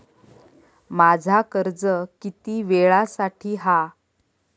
माझा कर्ज किती वेळासाठी हा?